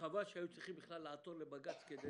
וחבל שהיו צריכים בכלל לעתור לבג"ץ כדי